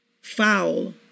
foul